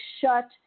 shut